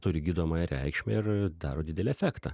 turi gydomąją reikšmę ir daro didelį efektą